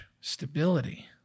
stability